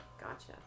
Gotcha